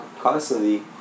constantly